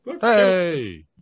Hey